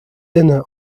dinner